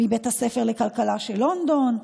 מבית הספר לכלכלה של לונדון,